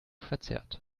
verzerrt